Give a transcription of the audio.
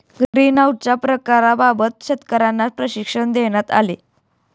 ग्रीनहाउसच्या प्रकारांबाबत शेतकर्यांना प्रशिक्षण देण्यात आले